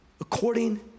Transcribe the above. according